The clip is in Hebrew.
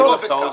זה לא עובד ככה.